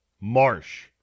Marsh